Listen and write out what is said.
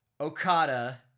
Okada